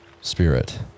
spirit